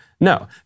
No